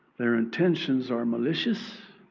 their intentions are malicious